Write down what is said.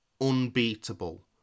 unbeatable